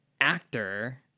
actor